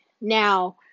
Now